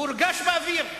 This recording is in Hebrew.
הורגש באוויר.